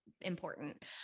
important